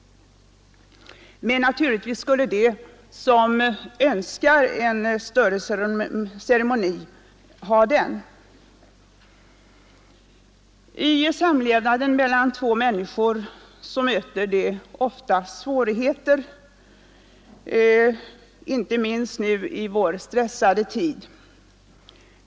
Men naturligtvis skulle de som önskar en större ceremoni även få ha en sådan. I samlevnaden mellan två människor möter ofta svårigheter, inte minst i vår stressade tid.